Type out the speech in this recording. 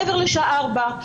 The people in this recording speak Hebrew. מעבר לשעה ארבע,